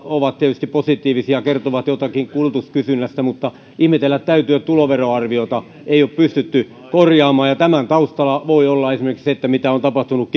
ovat tietysti positiivisia ne kertovat jotakin kulutuskysynnästä mutta ihmetellä täytyy että tuloveroarviota ei ole pystytty korjaamaan ja tämän taustalla voi olla esimerkiksi se mitä on tapahtunut